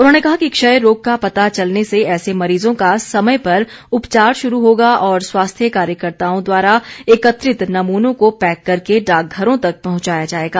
उन्होंने कहा कि क्षय रोग का पता चलने से ऐसे मरीजों का समय पर उपचार शुरू होगा और स्वास्थ्य कार्यकर्ताओं द्वारा एकत्रित नमूनों को पैक करके डाक घरों तक पहुंचाया जाएगा